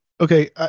Okay